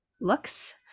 looks